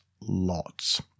lots